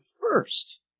first